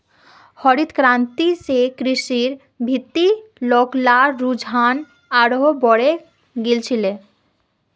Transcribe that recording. हरित क्रांति स कृषिर भीति लोग्लार रुझान आरोह बढ़े गेल छिले